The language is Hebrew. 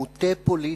מוטה פוליטית,